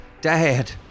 Dad